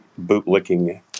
bootlicking